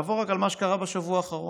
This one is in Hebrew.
נעבור רק על מה שקרה בשבוע האחרון.